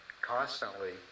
constantly